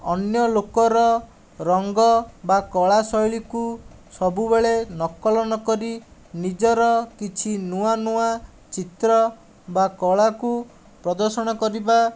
ଅନ୍ୟ ଲୋକର ରଙ୍ଗ ବା କଳା ଶୈଳୀକୁ ସବୁବେଳେ ନକଲ ନକରି ନିଜର କିଛି ନୂଆ ନୂଆ ଚିତ୍ର ବା କଳାକୁ ପ୍ରଦର୍ଶନ କରିବା